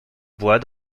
bois